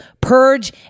Purge